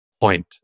point